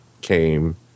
came